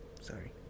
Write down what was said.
Sorry